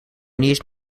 niet